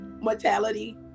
Mortality